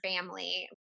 family